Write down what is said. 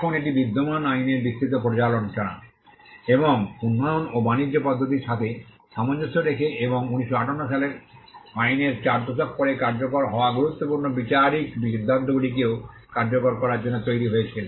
এখন এটি বিদ্যমান আইনের বিস্তৃত পর্যালোচনা এবং উন্নয়ন ও বাণিজ্য পদ্ধতির সাথে সামঞ্জস্য রেখে এবং 1958 সালের আইনের 4 দশক পরে কার্যকর হওয়া গুরুত্বপূর্ণ বিচারিক সিদ্ধান্তগুলিকেও কার্যকর করার জন্য তৈরি হয়েছিল